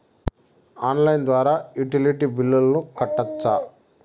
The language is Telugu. ఆన్లైన్ ద్వారా యుటిలిటీ బిల్లులను కట్టొచ్చా?